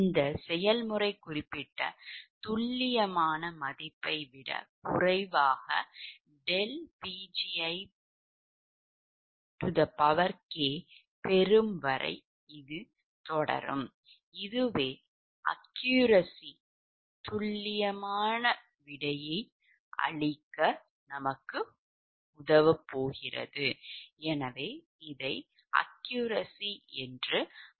இந்த செயல்முறை ∆Pjk விட குறைவாக குறிப்பிட்ட துல்லியம் பெறப்படும் வரை தொடரும் இதுவே accuracy என அழைக்கப்படுகிறது